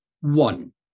one